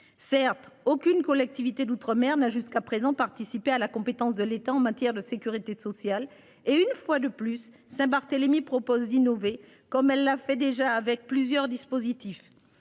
certes aucune collectivité d'outre-mer n'a jusqu'à présent, participé à la compétence de l'État en matière de sécurité sociale et une fois de plus Saint-Barthélemy propose d'innover comme elle l'a fait déjà, avec plusieurs dispositifs.